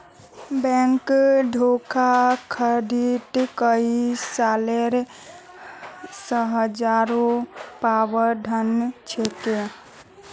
bank धोखाधडीत कई सालेर सज़ारो प्रावधान छेक